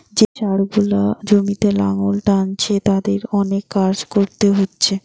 যে ষাঁড় গুলা জমিতে লাঙ্গল টানছে তাদের অনেক কাজ কোরতে হচ্ছে